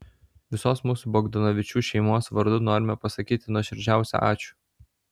visos mūsų bogdanovičių šeimos vardu norime pasakyti nuoširdžiausią ačiū